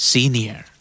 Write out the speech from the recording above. Senior